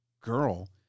girl